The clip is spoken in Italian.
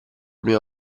prima